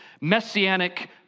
messianic